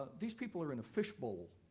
these people are in a fish bowl,